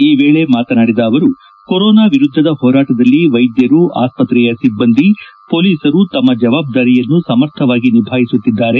ಈ ವೇಳೆ ಮಾತನಾಡಿದ ಅವರು ಕೊರೊನಾ ವಿರುದ್ಧದ ಹೋರಾಟದಲ್ಲಿ ವೈದ್ಯರು ಆಸ್ಪತ್ರೆಯ ಸಿಬ್ದಂದಿ ಮೊಲೀಸರು ತಮ್ಮ ಜವಾಬ್ದಾರಿಯನ್ನು ಸಮರ್ಥವಾಗಿ ನಿಭಾಯಿಸುತ್ತಿದ್ದಾರೆ